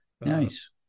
Nice